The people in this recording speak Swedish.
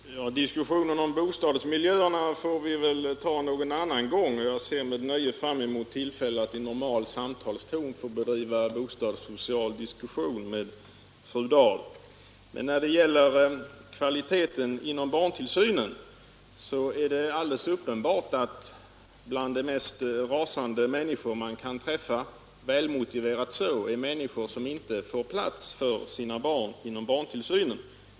Herr talman! Diskussionen om bostadsmiljöerna får vi väl ta någon annan gång. Jag ser med nöje fram mot ett tillfälle att i normal samtalston få föra en bostadssocial diskussion med fru Dahl. När det gäller kvaliteten inom barntillsyn är det alldeles uppenbart att bland de mest rasande människor man kan träffa — vilket är väl motiverat — är människor som inte får plats för sina barn inom barntillsynen.